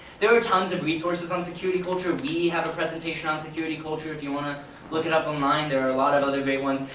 there are tons of resources on security culture. we have a presentation on security culture if you want to look it up online. there are a lot of other great ones,